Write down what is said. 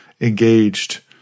engaged